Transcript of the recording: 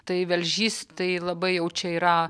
tai velžys tai labai jau čia yra